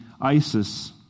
ISIS